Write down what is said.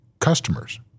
customers